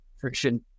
friction